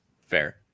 Fair